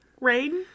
Rain